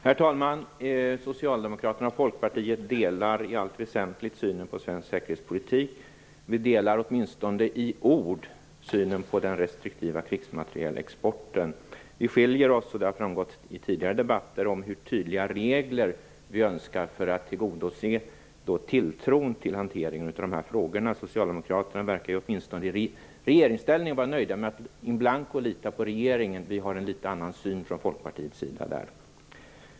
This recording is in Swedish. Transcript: Herr talman! Socialdemokraterna och Folkpartiet delar i allt väsentligt synen på svensk säkerhetspolitik. Partierna delar åtminstone i ord synen på den restriktiva krigsmaterielexporten. Partierna skiljer sig - vilket har framgått i tidiga debatter - i synen på hur tydliga regler som önskas för att tillgodose tilltron till hanteringen av de här frågorna. Socialdemokraterna verkar åtminstone när de är i regeringsställning vara nöjda med att in blanko lita på regeringen. Vi har en litet annan syn från Folkpartiets sida på detta.